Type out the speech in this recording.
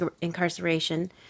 incarceration